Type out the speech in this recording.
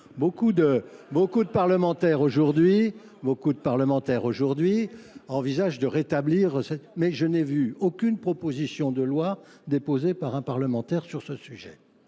Beaucoup de parlementaires aujourd'hui envisagent de rétablir, mais je n'ai vu aucune proposition de loi déposée par un parlementaire sur ce sujet.